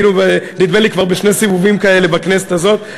נדמה לי שהיינו כבר בשני סיבובים כאלה בכנסת הזאת,